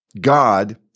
God